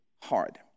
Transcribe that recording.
hard